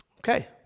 Okay